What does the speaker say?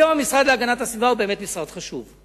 היום המשרד להגנת הסביבה הוא באמת משרד חשוב.